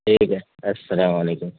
ٹھیک ہے السلام علیکم